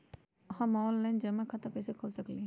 हम ऑनलाइन जमा खाता कईसे खोल सकली ह?